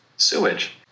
sewage